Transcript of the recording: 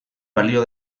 balio